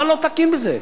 מה לא תקין בזה?